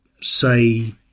say